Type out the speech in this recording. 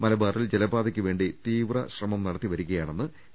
മലബാറിൽ ജലപാതയ്ക്ക് വേണ്ടി തീവ്രശ്രമം നടത്തിവരിക യാണെന്ന് എ